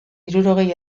hirurogei